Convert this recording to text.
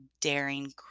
daring